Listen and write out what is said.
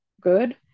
good